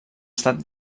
estat